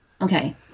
Okay